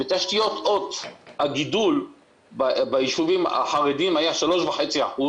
בתשתיות הוט הגידול ביישובים החרדיים היה 3.5%